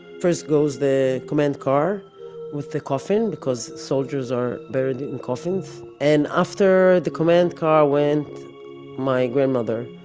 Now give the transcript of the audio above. first goes the command car with the coffin, because soldiers are buried in coffins, and after the command car went my grandmother.